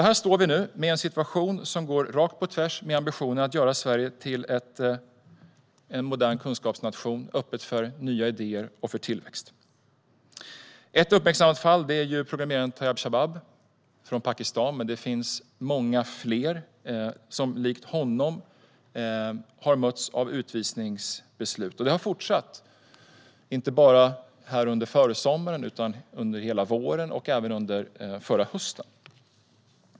Här står vi nu med en situation som går rakt på tvärs med ambitionen att göra Sverige till en modern kunskapsnation öppen för nya idéer och tillväxt. Ett uppmärksammat fall är programmeraren Tayyab Shabab från Pakistan, men det finns många fler som likt honom har mötts av utvisningsbeslut. Och det har fortsatt - under förra hösten, under hela våren och nu under försommaren.